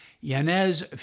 Yanez